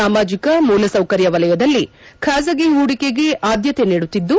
ಸಾಮಾಜಿಕ ಮೂಲಸೌಕರ್ಯ ವಲಯದಲ್ಲಿ ಖಾಸಗಿ ಪೂಡಿಕೆಗೆ ಆದ್ಯತೆ ನೀಡುತ್ತಿದ್ದು